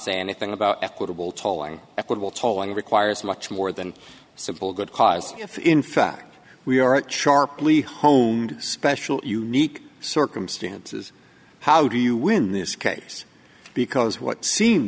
say anything about equitable tolling equitable tolling requires much more than a simple good cost if in fact we aren't sharply honed special unique circumstances how do you win this case because what seem